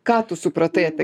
ką tu supratai apie